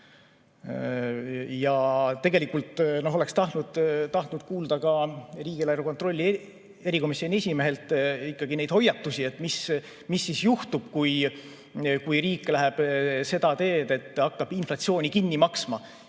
Tegelikult oleks tahtnud kuulda riigieelarve kontrolli erikomisjoni esimehelt ikkagi ka neid hoiatusi, mis siis juhtub, kui riik läheb seda teed, et hakkab inflatsiooni kinni maksma.